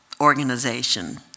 organization